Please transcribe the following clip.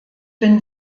bin